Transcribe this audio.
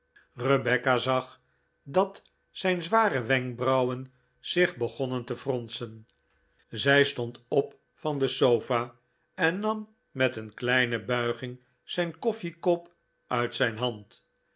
rebecca zag dat zijn zware wenkbrauwen zich begonnen te fronsen zij stond op van de sofa en nam met een kleine buiging zijn koffiekop uit zijn hand